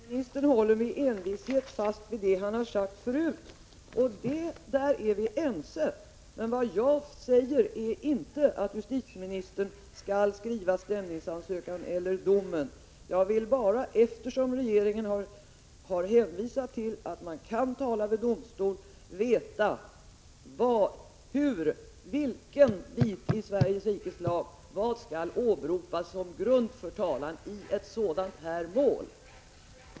Herr talman! Justitieministern håller med envishet fast vid det han har sagt förut. Där är vi ense, men vad jag säger är inte att justitieministern skall skriva stämningsansökan eller domen. Jag vill bara, eftersom regeringen har hänvisat till att man kan föra talan vid domstol, veta vilket ställe i Sveriges rikes lag som kan åberopas som grund för talan i ett sådant mål.